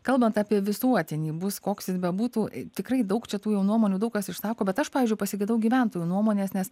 kalbant apie visuotinį bus koks jis bebūtų tikrai daug čia tų jau nuomonių daug kas išsako bet aš pavyzdžiui pasigedau gyventojų nuomonės nes